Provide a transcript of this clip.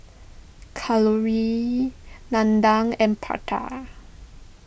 Kalluri Nandan and Pratap